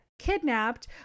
kidnapped